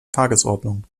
tagesordnung